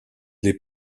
les